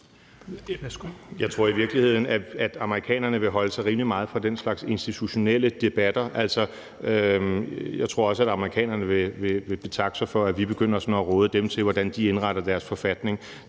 Jeg tror i virkeligheden, at amerikanerne vil afholde sig rimelig meget fra den slags institutionelle debatter. Jeg tror også, at amerikanerne vil betakke sig for, at vi begynder at råde dem til, hvordan de skal indrette deres forfatning.